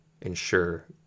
ensure